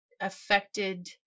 affected